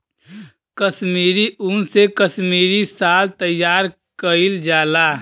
कसमीरी उन से कसमीरी साल तइयार कइल जाला